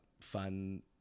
fun